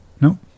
No